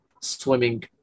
swimming